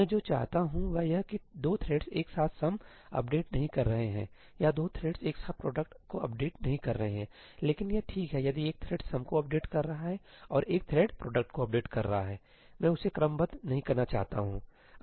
मैं जो चाहता हूं वह यह है कि 2 थ्रेड्स एक साथ सम अपडेट नहीं कर रहे हैं या 2 थ्रेड्स एक साथ प्रोडक्ट्स को अपडेट नहीं कर रहे हैं लेकिन यह ठीक है यदि एक थ्रेड सम को अपडेट कर रहा है और एक थ्रेड प्रोडक्ट् को अपडेट कर रहा है मैं उसे क्रमबद्ध नहीं करना चाहता हूं आप जानते हैं